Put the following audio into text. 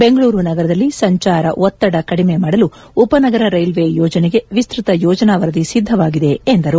ಬೆಂಗಳೂರು ನಗರದಲ್ಲಿ ಸಂಚಾರ ಒತ್ತದ ಕಡಿಮೆ ಮಾಡಲು ಉಪನಗರ ರೈಲ್ವೆ ಯೋಜನೆಗೆ ವಿಸ್ತೃತ ಯೋಜನಾ ವರದಿ ಸಿದ್ದವಾಗಿದೆ ಎಂದರು